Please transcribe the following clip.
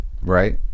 right